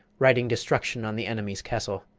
writing destruction on the enemy's castle?